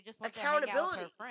accountability